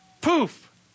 poof